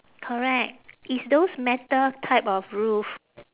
correct it's those metal type of roof